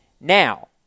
now